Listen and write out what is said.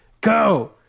Go